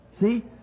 See